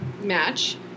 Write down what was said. match